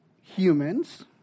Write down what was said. humans